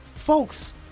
Folks